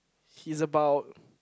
he's about